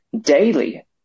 daily